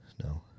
no